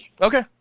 Okay